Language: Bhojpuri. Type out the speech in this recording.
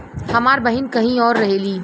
हमार बहिन कहीं और रहेली